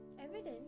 Evidence